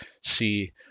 See